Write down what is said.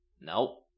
nope